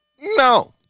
No